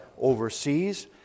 overseas